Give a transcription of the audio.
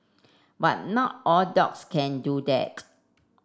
but not all dogs can do that